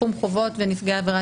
תחום חובות ונפגעי עבירה.